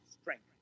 strength